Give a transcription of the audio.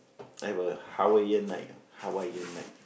I will Hawaiian night Hawaiian night